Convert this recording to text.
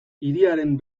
hiriaren